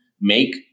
make